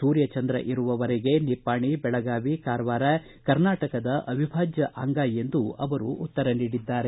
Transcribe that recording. ಸೂರ್ಯ ಚಂದ್ರ ಇರುವವರೆಗೆ ನಿಪ್ಪಾಣಿ ಬೆಳಗಾವಿ ಕಾರವಾರ ಕರ್ನಾಟಕದ ಅವಿಭಾಜ್ಯ ಅಂಗ ಎಂದು ಅವರು ಉತ್ತರ ನೀಡಿದ್ದಾರೆ